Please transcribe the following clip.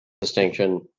distinction